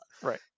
Right